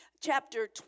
chapter